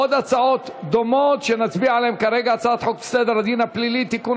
עוד הצעות דומות שנצביע עליהן כרגע: הצעת חוק סדר הפלילי (תיקון,